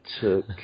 took